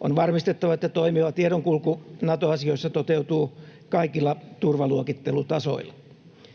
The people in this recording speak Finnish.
On varmistettava, että toimiva tiedonkulku Nato-asioissa toteutuu kaikilla turvaluokittelutasoilla.